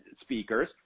speakers –